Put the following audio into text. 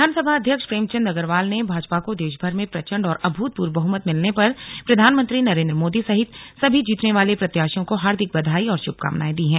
विधानसभा अध्यक्ष प्रेमचंद अग्रवाल ने भाजपा को देशभर में प्रचण्ड और अभूतपूर्व बहमत मिलने पर प्रधानमंत्री नरेन्द्र मोदी सहित सभी जीतने वाले प्रत्याशियों को हार्दिक बधाई और श्भकामनाए दी हैं